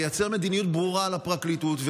תייצר מדיניות ברורה לפרקליטות,